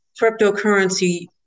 cryptocurrency